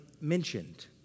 mentioned